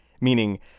Meaning